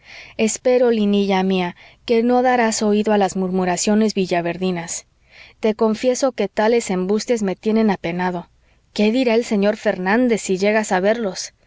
espero linilla mía que no darás oído a las murmuraciones villaverdinas te confieso que tales embustes me tienen apenado qué dirá el señor fernández si llega a saberlos